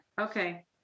okay